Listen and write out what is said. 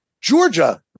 Georgia